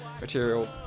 material